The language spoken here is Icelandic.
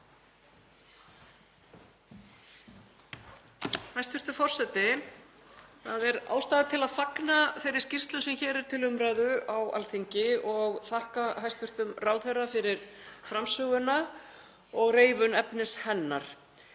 Hæstv. forseti. Það er ástæða til að fagna þeirri skýrslu sem hér er til umræðu á Alþingi og þakka hæstv. ráðherra fyrir framsöguna og reifun efnis hennar.